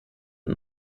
und